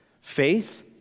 faith